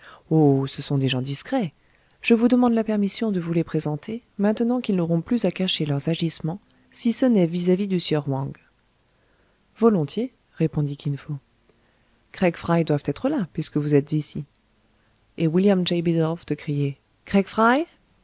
ce sont des gens discrets je vous demande la permission de vous les présenter maintenant qu'ils n'auront plus à cacher leurs agissements si ce n'est vis-à-vis du sieur wang volontiers répondit kin fo craig fry doivent être là puisque vous êtes ici et william j bidulph de